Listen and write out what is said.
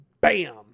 bam